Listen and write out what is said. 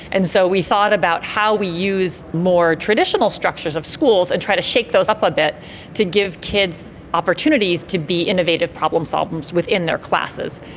and so we thought about how we use more traditional structures of schools and try to shake those up a bit to give kids opportunities to be innovative problem solvers within their classes.